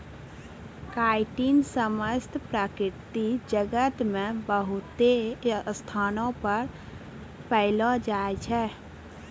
chitin समस्त प्रकृति जगत मे बहुते स्थानो पर पैलो जाय छै